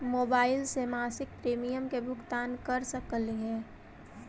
Mobile से मासिक premium के भुगतान कर सकली हे?